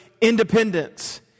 independence